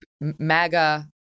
MAGA